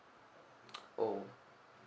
oh